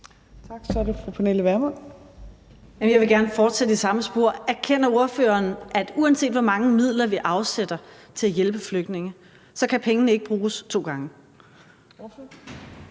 Kl. 15:51 Pernille Vermund (NB): Jeg vil gerne fortsætte i samme spor. Erkender ordføreren, at uanset hvor mange midler vi afsætter til at hjælpe flygtninge, kan pengene ikke bruges to gange?